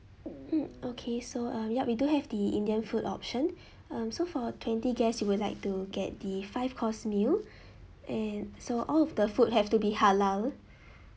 mm okay so uh yup we do have the indian food option um so for twenty guests you would like to get the five course meal and so all of the food have to be halal